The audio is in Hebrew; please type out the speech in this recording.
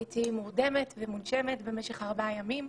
הייתי מורדמת ומונשמת במשך ארבעה ימים.